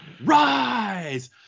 RISE